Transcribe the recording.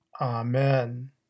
Amen